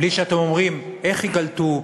בלי שאתם אומרים איך ייקלטו,